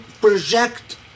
project